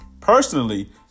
Personally